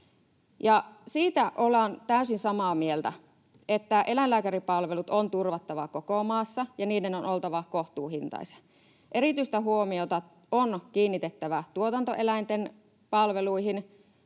Siitä ollaan täysin samaa mieltä, että eläinlääkäripalvelut on turvattava koko maassa ja niiden on oltava kohtuuhintaisia. Erityistä huomiota on kiinnitettävä tuotantoeläinten palveluihin,